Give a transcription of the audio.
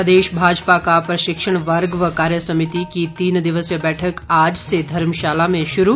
प्रदेश भाजपा का प्रशिक्षण वर्ग व कार्य समिति की तीन दिवसीय बैठक आज से धर्मशाला में शुरू